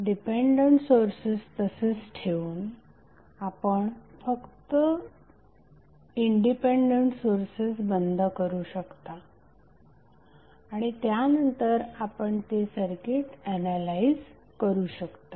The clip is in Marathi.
डिपेंडंट सोर्सेस तसेच ठेवून आपण फक्त इंडिपेंडेंट सोर्सेस बंद करू शकता आणि त्यानंतर आपण ते सर्किट एनालाइझ करू शकता